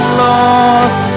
lost